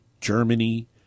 Germany